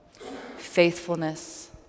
Faithfulness